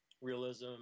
realism